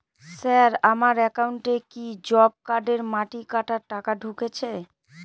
Sir আমার একাউন্টে কি জব কার্ডের মাটি কাটার টাকা ঢুকেছে?